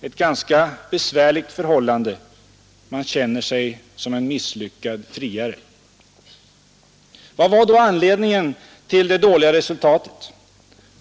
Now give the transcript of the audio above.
Ett ganska besvärligt förhållande: man känner sig som en misslyckad friare.” Vad var då anledningen till det dåliga resultatet?